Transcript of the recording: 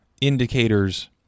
indicators